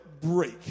break